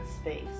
space